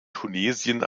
tunesien